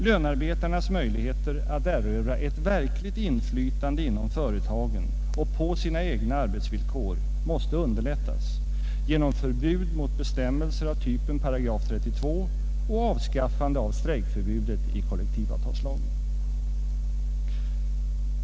Lönarbetarnas möjligheter att erövra ett verkligt inflytande inom företagen och på sina egna arbetsvillkor måste underlättas genom förbud mot bestämmelser av typen § 32 och avskaffande av strejkförbudet i kollektivavtalslagen.